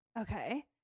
Okay